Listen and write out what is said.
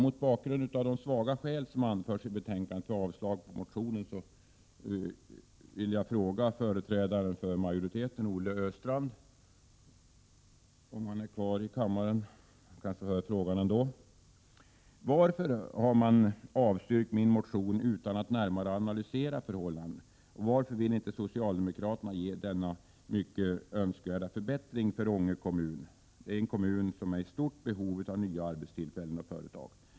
Mot bakgrund av de svaga skäl för avslag på motionen som anförs i betänkandet skulle jag vilja fråga företrädaren för majoriteten Olle Östrand, om han är kvar i kammaren, varför man har avstyrkt min motion utan att närmare analysera förhållandena och varför socialdemokraterna inte vill ge Ånge kommun denna mycket önskvärda förbättring. Det är en kommun som är i stort behov av nya arbetstillfällen och nya företag.